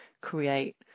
create